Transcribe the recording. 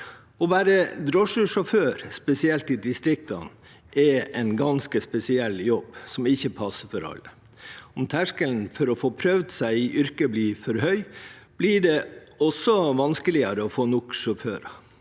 Å være drosjesjåfør, spesielt i distriktene, er en ganske spesiell jobb som ikke passer for alle. Om terskelen for å få prøvd seg i yrket blir for høy, blir det også vanskeligere å få nok sjåfører.